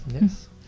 yes